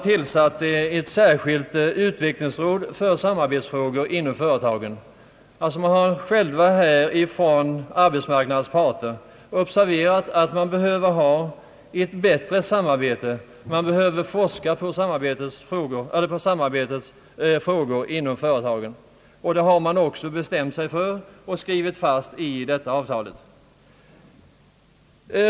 Ett särskilt utvecklingsråd för samarbets frågor inom företagen har blivit tillsatt. Arbetsmarknadens parter har alltså själva observerat att man behöver ett bättre samarbete och forskning beträffande samarbetsfrågorna inom företaget; detta har man också bestämt sig för och skrivit in i avtalet.